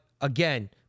again